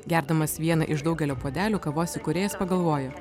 gerdamas vieną iš daugelio puodelių kavos įkūrėjas pagalvojo